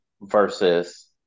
versus